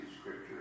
Scripture